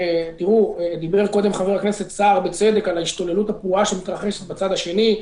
דיבר קודם חבר הכנסת סער בצדק על ההשתוללות הפרועה שמתרחשת בצד השני.